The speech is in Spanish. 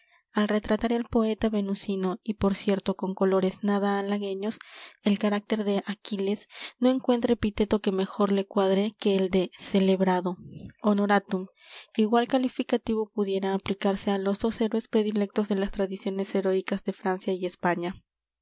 al retratar el poeta venusino y por cierto con colores nada halagüeños el carácter de aquiles no encuentra epiteto que mejor le cuadre que el de celebrado honoratum igual calificativo pudiera aplicarse á los dos héroes predilectos de las tradiciones heróicas de francia y españa